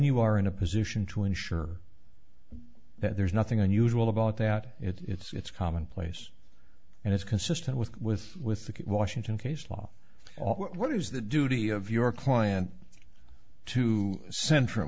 you are in a position to ensure that there's nothing unusual about that it's commonplace and it's consistent with with with the washington case law what is the duty of your client to centr